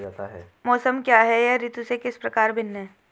मौसम क्या है यह ऋतु से किस प्रकार भिन्न है?